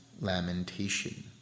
lamentation